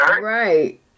Right